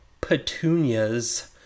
Petunias